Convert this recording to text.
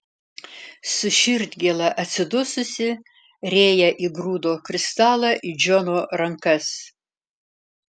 su širdgėla atsidususi rėja įgrūdo kristalą į džono rankas